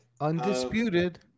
Undisputed